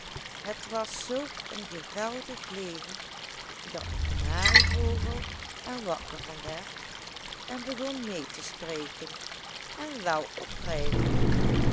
het was zulk een geweldig leven dat de kanarievogel er wakker van werd en begon mee te spreken en wel op rijm